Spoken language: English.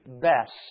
best